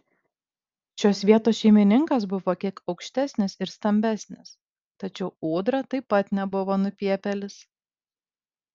šios vietos šeimininkas buvo kiek aukštesnis ir stambesnis tačiau ūdra taip pat nebuvo nupiepėlis